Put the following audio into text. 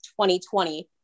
2020